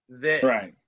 Right